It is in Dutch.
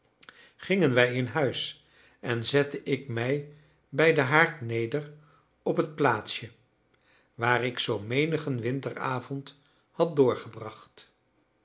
gingen wij in huis en zette ik mij bij den haard neder op het plaatsje waar ik zoo menigen winteravond had doorgebracht